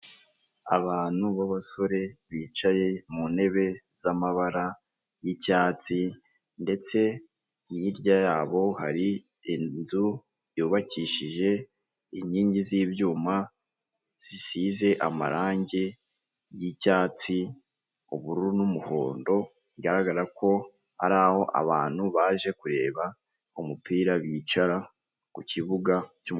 Abantu b'abasore bicaye mu ntebe z'amabara y'icyatsi ndetse hirya yabo hari inzu yubakishije inkingi z'ibyuma zisize amarangi y'icyatsi ubururu n'umuhondo bigaragara ko hari aho abantu baje kureba umupira bicara ku kibuga cy'umuhanda.